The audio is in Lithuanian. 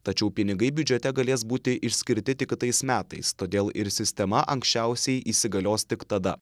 tačiau pinigai biudžete galės būti išskirti tik kitais metais todėl ir sistema anksčiausiai įsigalios tik tada